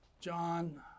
John